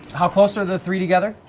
how close are the three together?